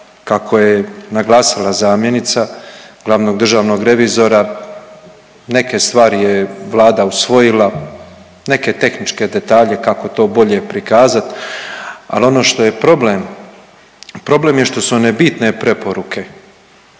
kako je naglasila zamjenica glavnog državnog revizora neke stvari je Vlada usvojila, neke tehničke detalje kako to bolje prikazati. Ali ono što je problem, problem je što su one bitne preporuke